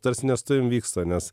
tarsi ne su tavim vyksta nes